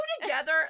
together